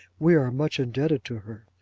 we are much indebted to her.